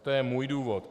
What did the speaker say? To je můj důvod.